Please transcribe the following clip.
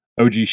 OG